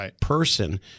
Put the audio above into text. person